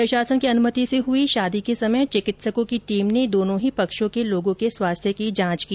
प्रशासन की अनुमति से हुई शादी के समय चिकित्सकों की टीम ने दोनों ही पक्षों के लोगों के स्वास्थ्य की जांच की